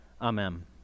Amen